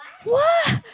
!wah!